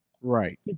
Right